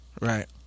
Right